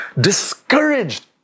discouraged